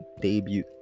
debut